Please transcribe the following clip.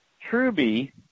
Truby